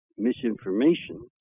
Misinformation